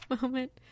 moment